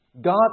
God